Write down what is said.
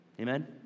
Amen